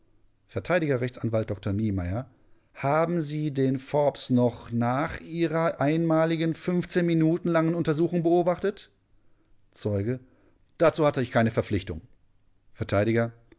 vert rechtsanwalt dr niemeyer haben sie den forbes noch nach ihrer einmaligen minuten langen untersuchung beobachtet zeuge dazu hatte ich keine verpflichtung